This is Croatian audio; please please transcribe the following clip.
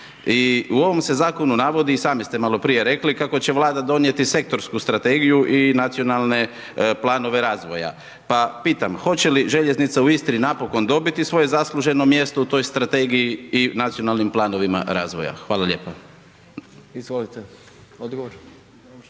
u ovom se zakonu navodi i sami ste malo prije rekli kako će Vlada donijeti sektorsku strategiju i nacionalne planove razvoja. Pa pita, hoće li željeznica u Istri napokon dobiti svoje zasluženo mjesto u toj strategiji i nacionalnim planovima razvoja. Hvala lijepa. **Jandroković,